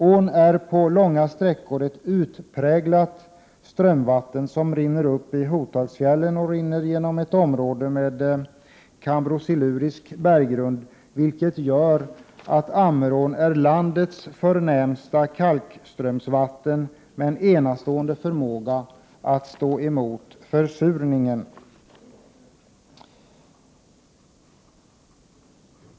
Ån är på långa sträckor ett utpräglat strömvatten, som har sin källa i Hotagsfjällen och rinner igenom ett område med kambrosilurisk berggrund, vilket gör att Ammerån är landets förnämsta kalkströmsvatten med en enastående förmåga att stå emot försurningen.